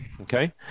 Okay